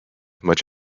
much